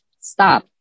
Stop